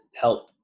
help